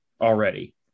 already